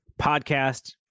podcast